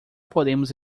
podemos